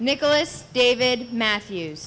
nicholas david matthew